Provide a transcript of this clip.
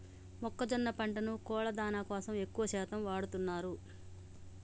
మొక్కజొన్న పంటను కోళ్ళ దానా కోసం ఎక్కువ శాతం వాడుతున్నారు